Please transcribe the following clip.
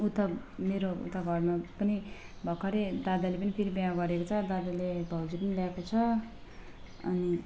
उता मेरो उता घरमा पनि भर्खरै दादाले पनि फेरि बिहे गरेको छ दादाले भाउजू पनि ल्याएको छ अनि